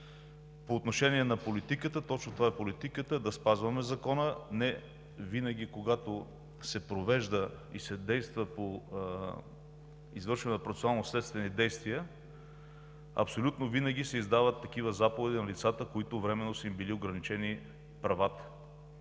По отношение на политиката, точно това е политиката – да спазваме закона. Не винаги, когато се провежда и се действа по извършване на процесуално-следствени действия, абсолютно винаги се издават такива заповеди на лицата, на които временно са им били ограничени правата.